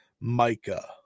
micah